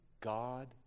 God